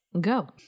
Go